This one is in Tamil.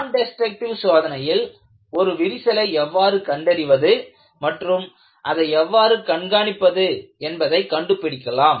நான் டெஸ்ட்ரக்டிவ் சோதனையில் ஒரு விரிசலை எவ்வாறு கண்டறிவது மற்றும் அதை எவ்வாறு கண்காணிப்பது என்பதை கண்டுபிடிக்கலாம்